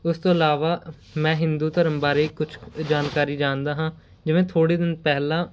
ਉਸ ਤੋਂ ਇਲਾਵਾ ਮੈਂ ਹਿੰਦੂ ਧਰਮ ਬਾਰੇ ਕੁਛ ਕੁ ਜਾਣਕਾਰੀ ਜਾਣਦਾ ਹਾਂ ਜਿਵੇਂ ਥੋੜ੍ਹੇ ਦਿਨ ਪਹਿਲਾਂ